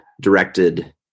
directed